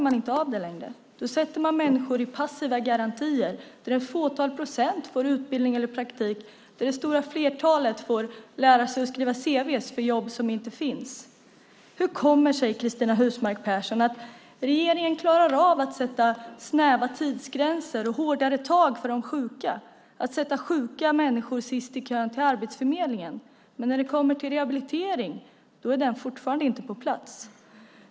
Man sätter människor i passiva garantier, där ett fåtal procent får utbildning och praktik och där det stora flertalet får lära sig att skriva cv:n för jobb som inte finns. Hur kommer det sig, Cristina Husmark Pehrsson, att regeringen klarar av att sätta snäva tidsgränser, ta hårdare tag mot de sjuka och sätta sjuka människor sist i kön till Arbetsförmedlingen, men inte kan se till att rehabiliteringen kommer på plats?